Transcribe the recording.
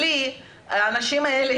בלי האנשים האלה,